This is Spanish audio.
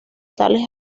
tales